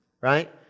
Right